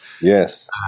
Yes